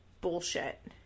bullshit